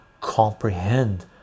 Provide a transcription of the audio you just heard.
comprehend